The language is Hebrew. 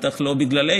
זה בטח לא בגללנו,